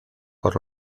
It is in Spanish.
por